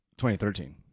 2013